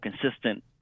consistent